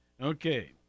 Okay